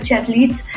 athletes